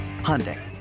Hyundai